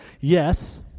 yes